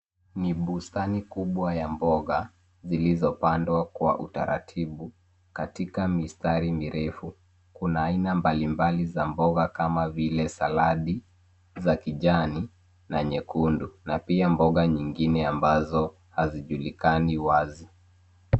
Ni bustani kubwa ya mboga zilizopandwa kwa utaratibu katika mistari mirefu. Kuna aina mbalimbali za mboga kama vile saladi za kijani na nyekundu na pia mboga nyingine ambazo hazijulikani wazi.